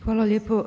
Hvala lijepo.